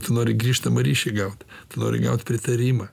tu nori grįžtamą ryšį gaut tu nori gaut pritarimą